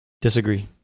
disagree